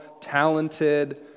talented